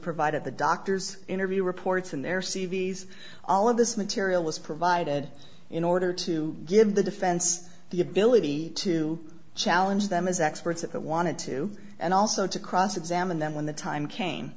provide at the doctor's interview reports and there c v s all of this material was provided in order to give the defense the ability to challenge them as experts if it wanted to and also to cross examine them when the time came